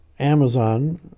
Amazon